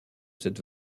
cette